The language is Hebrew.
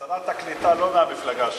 שרת הקליטה, לא מהמפלגה שלי,